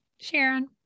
Sharon